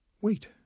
Wait